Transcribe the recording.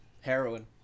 Heroin